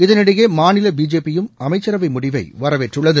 இதனிடையே மாநில பிஜேபியும் அமைச்சரவை முடிவை வரவேற்றுள்ளது